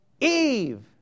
Eve